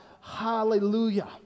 hallelujah